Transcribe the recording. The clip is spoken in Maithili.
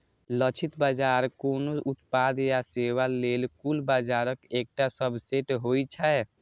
लक्षित बाजार कोनो उत्पाद या सेवा लेल कुल बाजारक एकटा सबसेट होइ छै